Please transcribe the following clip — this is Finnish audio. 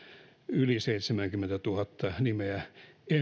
yli seitsemääkymmentätuhatta nimeä emme